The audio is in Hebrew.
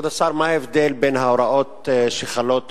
כבוד השר, מה ההבדל בין ההוראות שחלות